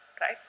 right